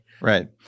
Right